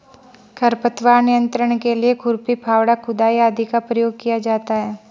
खरपतवार नियंत्रण के लिए खुरपी, फावड़ा, खुदाई आदि का प्रयोग किया जाता है